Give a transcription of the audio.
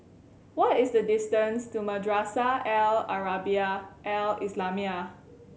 what is the distance to Madrasah Al Arabiah Al Islamiah